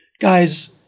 Guys